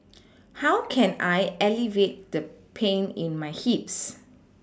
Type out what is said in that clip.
how can I alleviate the pain in my hips